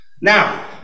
Now